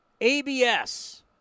ABS